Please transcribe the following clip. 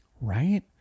right